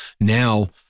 Now